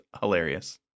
hilarious